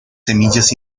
semillas